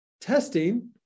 testing